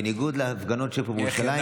בניגוד להפגנות שבירושלים.